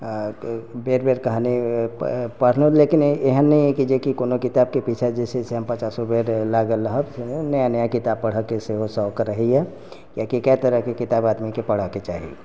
बेर बेर कहानी पढ़लहुॅं लेकिन एहन नहि अय की जेकि कोनो किताब के पीछे जे छै से हम पचासो बेर लागल रहब नया नया किताब पढ़ऽ के सेहो शौक रहैया कियाकि कतेक तरह के किताब आदमी के पढ़ऽ के चाही